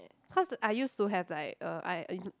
cause I used to have like uh I